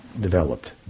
developed